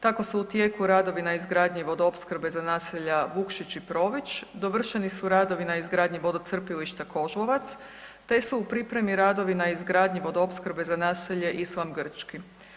Tako su u tijeku radovi na izgradnji vodoopskrbe za naselja Vukšić i Prović, dovršeni su radovi na izgradnji vodocrpilišta Kožlovac, te su u pripremi radovi na izgradnji vodoopskrbe za naselje Islam Grčki.